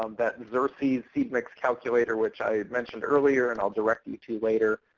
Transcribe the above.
um that xerces seed mix calculator, which i mentioned earlier and i'll direct you to later,